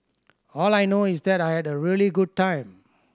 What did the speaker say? all I know is that I had a really good time